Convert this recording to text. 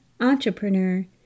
entrepreneur